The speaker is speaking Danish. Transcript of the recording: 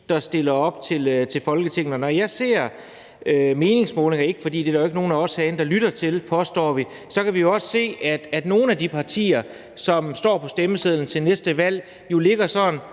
der stiller op til Folketinget. Når jeg ser meningsmålingerne – ikke fordi der er nogen af os herinde, der lytter til dem, påstår vi – kan jeg jo også se, at nogle af de partier, som vil stå på stemmesedlen ved næste valg, ligger,